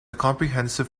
comprehensive